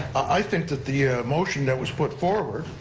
i think that the ah motion that was put forward,